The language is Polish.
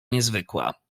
niezwykła